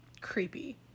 creepy